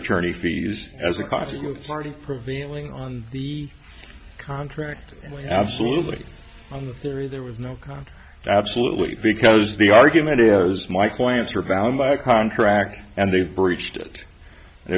attorney fees as a consequence already prevailing on the contract absolutely there is there was no absolutely because the argument is my clients were found by a contract and they breached it